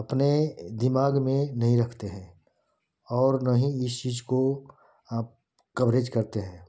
अपने दिमाग में नहीं रखते हैं और ना ही इस चीज़ को आप कवरेज करते हैं